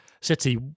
City